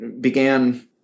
began